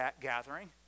gathering